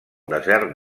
desert